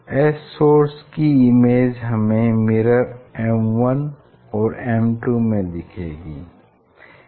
S source की image हमें mirror M1 और M2 में दिखेगी